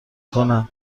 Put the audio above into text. کنند